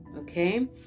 okay